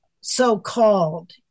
so-called